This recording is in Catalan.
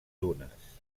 dunes